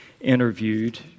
interviewed